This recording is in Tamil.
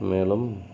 மேலும்